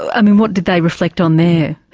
um and what did they reflect on there?